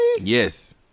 yes